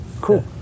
Cool